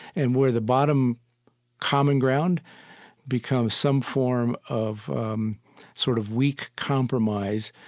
and where the bottom common ground becomes some form of um sort of weak compromise,